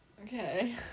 okay